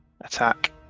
attack